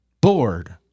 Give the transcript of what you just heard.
bored